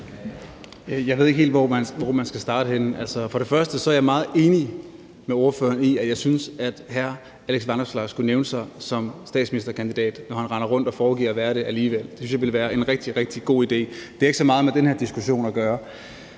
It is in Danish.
Jeg ved ikke helt, hvor man skal starte henne. For det første er jeg meget enig med ordføreren i, at jeg synes, at hr. Alex Vanopslagh skal melde sig som statsministerkandidat, når han alligevel render rundt og foregiver at være det. Det synes jeg ville være en rigtig, rigtig god idé. Det har dog ikke så meget med den her diskussion at gøre.